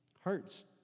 hurts